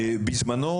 בזמנו,